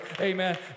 Amen